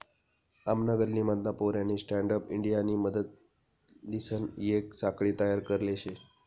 आमना गल्ली मधला पोऱ्यानी स्टँडअप इंडियानी मदतलीसन येक साखळी तयार करले शे